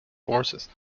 forces